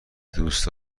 دوست